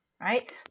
right